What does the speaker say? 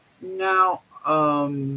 Now